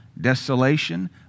desolation